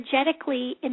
energetically